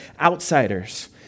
outsiders